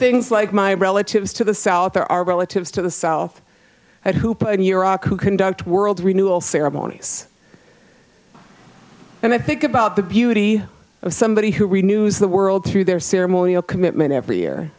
things like my relatives to the south or our relatives to the south at hoop and iraq who conduct world renewal ceremonies and i think about the beauty of somebody who read news the world through their ceremonial commitment every year